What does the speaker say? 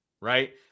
right